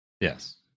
yes